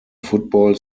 football